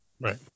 Right